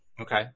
Okay